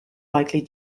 likely